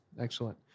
Excellent